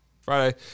Friday